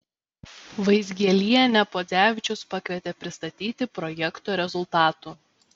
vaizgielienę podzevičius pakvietė pristatyti projekto rezultatų